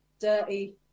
dirty